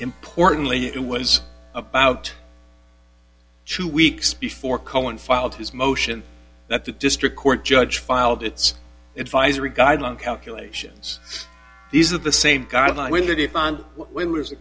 importantly it was about two weeks before cohen filed his motion that the district court judge filed its advisory guideline calculations these are the same god i wondered if on when was the